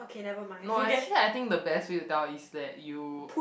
no actually I think the best way to tell is that you